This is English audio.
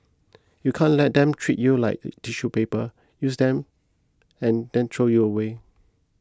you can't let them treat you like tissue paper use you then then throw you away